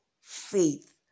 faith